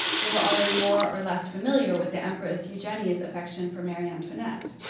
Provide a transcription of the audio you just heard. they were already more or less familiar with the empress eugenie's affection for marie antoinette.